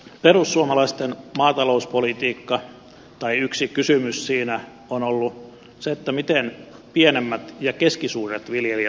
perussuomalaisten maatalouspolitiikassa yksi kysymys on ollut se miten pienemmät ja keskisuuret viljelijät pärjäävät